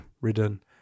ridden